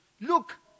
Look